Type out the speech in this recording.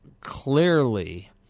Clearly